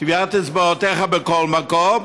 טביעת אצבעותיך בכל מקום,